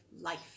life